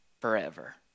forever